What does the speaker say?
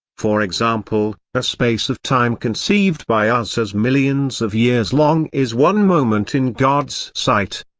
for example, a space of time conceived by us as millions of years long is one moment in god's sight.